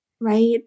right